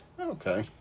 Okay